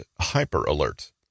hyper-alert